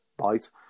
right